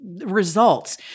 results